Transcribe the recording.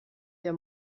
der